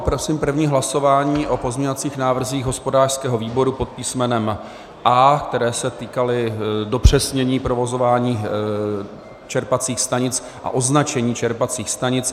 Prosím první hlasování o pozměňovacích návrzích hospodářského výboru pod písmenem A, které se týkaly dopřesnění provozování a označení čerpacích stanic.